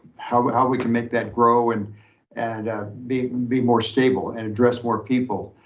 how but how we can make that grow, and and ah be be more stable and address more people.